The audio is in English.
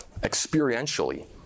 experientially